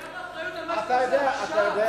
קח אחריות על מה שאתה עושה עכשיו.